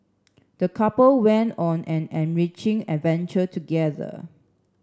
the couple went on an enriching adventure together